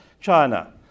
China